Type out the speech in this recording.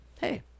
hey